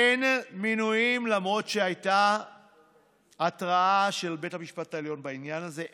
אין מינויים למרות שהייתה התראה של בית המשפט העליון בעניין הזה.